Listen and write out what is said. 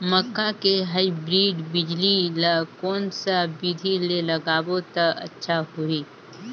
मक्का के हाईब्रिड बिजली ल कोन सा बिधी ले लगाबो त अच्छा होहि?